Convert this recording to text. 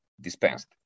dispensed